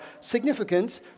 significant